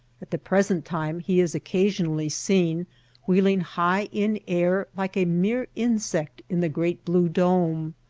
at the present time he is occasionally seen wheeling high in air like a mere insect in the great blue dome.